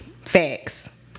Facts